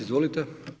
Izvolite.